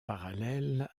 parallèle